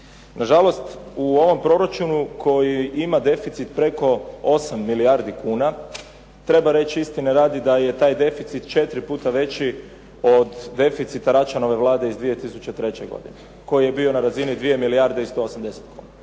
Na žalost u ovom proračunu koji ima deficit preko 8 milijardi kuna, treba reći istine radi da je taj deficit 4 puta veći od deficita Račanove Vlade iz 2003. godine koji je bio na razini 2 milijarde i 180 kuna.